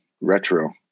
retro